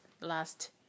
last